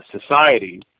society